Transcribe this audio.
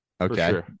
Okay